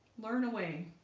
learn away